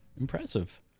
impressive